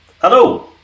Hello